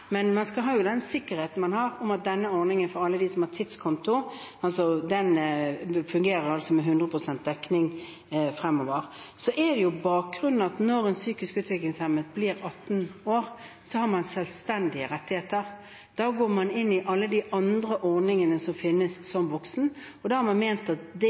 Men man har jo den sikkerheten at denne ordningen for alle dem som har tidskonto, fungerer med 100 pst. dekning fremover. Bakgrunnen er at når en psykisk utviklingshemmet blir 18 år, har han eller hun selvstendige rettigheter. Da går man inn i alle de ordningene som finnes for voksne, og man har ment at det er en begrunnelse for at man ikke trenger samme type ordning for foreldrene. Det er mulig at det